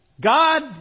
God